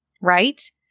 right